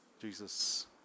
Jesus